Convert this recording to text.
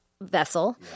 vessel